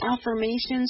affirmations